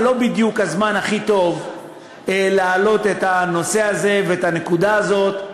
זה לא בדיוק הזמן הכי טוב להעלות את הנושא הזה ואת הנקודה הזאת.